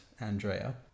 Andrea